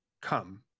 Come